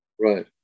right